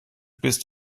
bist